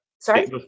sorry